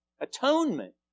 Atonement